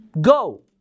Go